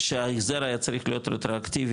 שההחזר היה צריך להיות רטרואקטיבי,